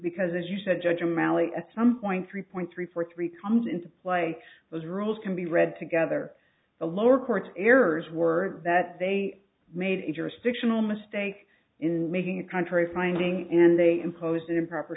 because as you said judge malley at some point three point three four three comes into play those rules can be read together the lower court errors were that they made a jurisdiction almost stake in making a country finding and they imposed improper